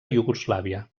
iugoslàvia